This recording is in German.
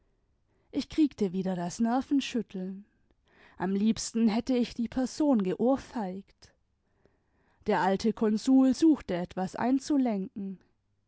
ich kriegte wieder das nervenschütteln am liebsten hätte ich die person geohrfeigt der alte konsul suchte etwas einzulenken